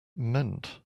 meant